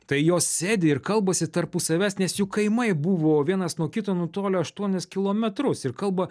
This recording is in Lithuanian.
tai jos sėdi ir kalbasi tarpu savęs nes jų kaimai buvo vienas nuo kito nutolę aštuonis kilometrus ir kalba